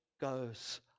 goes